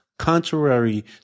Contrary